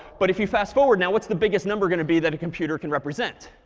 but if you fast forward now, what's the biggest number going to be that a computer can represent?